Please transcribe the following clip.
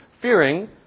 fearing